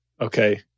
Okay